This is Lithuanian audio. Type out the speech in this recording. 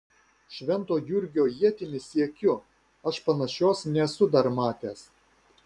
švento jurgio ietimi siekiu aš panašios nesu dar matęs